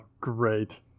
Great